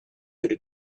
could